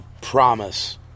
promise